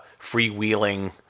freewheeling